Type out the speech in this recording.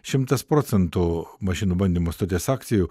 šimtas procentų mašinų bandymo stoties akcijų